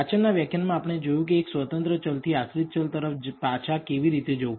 પાછળ ના વ્યાખ્યાનમા આપણે જોયું કે એક સ્વતંત્ર ચલ થી આશ્રિત ચલ તરફ પાછા કેવી રીતે જવું